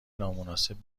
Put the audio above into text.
نامناسب